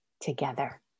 together